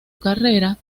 carrera